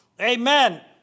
Amen